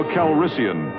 Calrissian